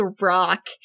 rock